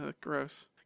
gross